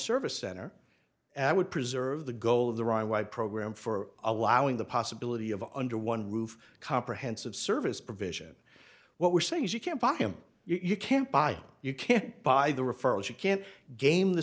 service center and i would preserve the goal of the riaa why program for allowing the possibility of under one roof comprehensive service provision what we're saying is you can't buy him you can't buy you can't buy the referrals you can't game the